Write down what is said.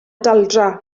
daldra